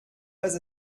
pas